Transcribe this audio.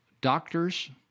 doctors